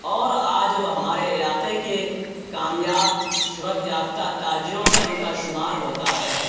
اور آج وہ ہمارے علاقے کے کامیاب شہرت یافتہ تاجروں میں ان کا شمار ہوتا ہے